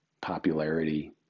popularity